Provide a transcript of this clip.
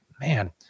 man